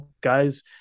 guys